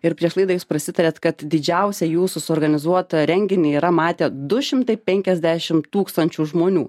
ir prieš laidą jūs prasitarėt kad didžiausią jūsų suorganizuotą renginį yra matę du šimtai penkiasdešim tūkstančių žmonių